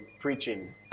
preaching